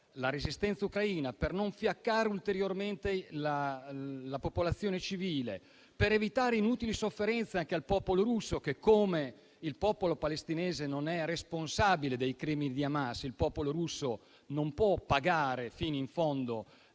la resistenza ucraina, per non fiaccare ulteriormente la popolazione civile ed evitare inutili sofferenze anche al popolo russo, che - così come il popolo palestinese non è responsabile dei crimini di Hamas - non può pagare fino in fondo